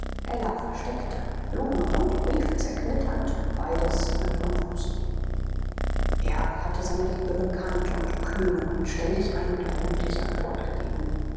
ella versteckte blume und brief zerknitternd beides an ihrem busen erb hatte seine liebe bekannt und kühn um ein stelldichein und eine mündliche antwort gebeten